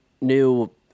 new